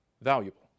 valuable